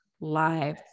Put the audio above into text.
live